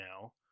now